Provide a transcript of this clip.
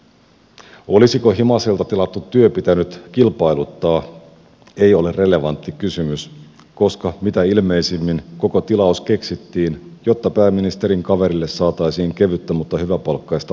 se olisiko himaselta tilattu työ pitänyt kilpailuttaa ei ole relevantti kysymys koska mitä ilmeisimmin koko tilaus keksittiin jotta pääministerin kaverille saataisiin kevyttä mutta hyväpalkkaista askarreltavaa